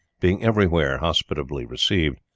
being everywhere hospitably received,